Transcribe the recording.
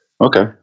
Okay